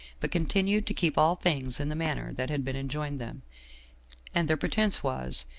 but continued to keep all things in the manner that had been enjoined them and their pretense was,